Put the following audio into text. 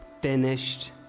finished